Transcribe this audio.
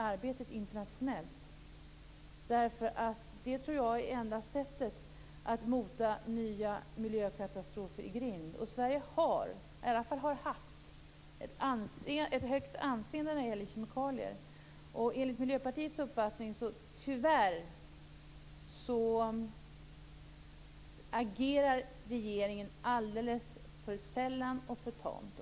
Det tror jag är enda sättet att mota nya miljökatastrofer i grind. Sverige har, eller har i alla fall haft, ett högt anseende när det gäller kemikalier. Enligt Miljöpartiets uppfattning agerar regeringen alldeles för sällan och för tamt.